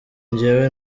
njyewe